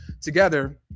together